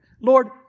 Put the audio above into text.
Lord